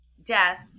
death